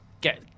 get